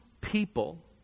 people